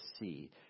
see